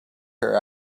her